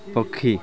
ପକ୍ଷୀ